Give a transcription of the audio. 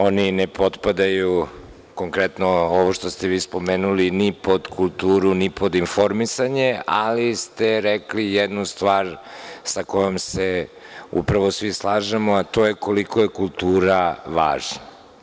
Oni ne potpadaju, konkretno ovo što ste spomenuli, ni pod kulturu, ni pod informisanje, ali ste rekli jednu stvar sa kojom se svi slažemo, a to je koliko je kultura važna.